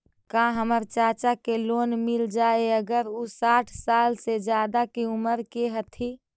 का हमर चाचा के लोन मिल जाई अगर उ साठ साल से ज्यादा के उमर के हथी?